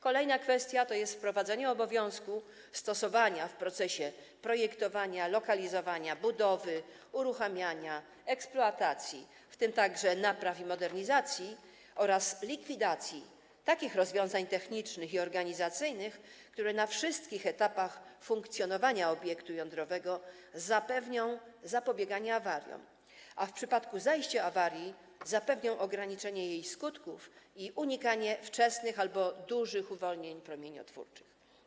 Kolejna kwestia to jest wprowadzenie obowiązku stosowania w procesie projektowania, lokalizowania, budowy, uruchamiania, eksploatacji, w tym także napraw i modernizacji, oraz likwidacji takich rozwiązań technicznych i organizacyjnych, które na wszystkich etapach funkcjonowania obiektu jądrowego zapewnią zapobieganie awariom, a w przypadku zajścia awarii zapewnią ograniczenie jest skutków i unikanie wczesnych albo dużych uwolnień promieniotwórczych.